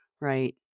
right